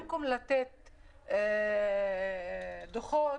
במקום לתת דוחות,